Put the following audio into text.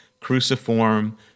cruciform